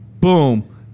boom